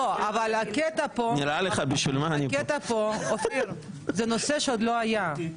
אופיר, הקטע פה שזה הנושא שעוד לא היה,